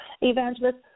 Evangelist